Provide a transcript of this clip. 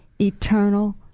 eternal